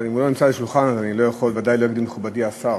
אבל אם הוא לא נמצא ליד השולחן אני בוודאי לא יכול להגיד: מכובדי השר,